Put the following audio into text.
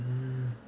mm